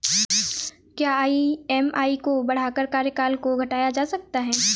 क्या ई.एम.आई को बढ़ाकर कार्यकाल को घटाया जा सकता है?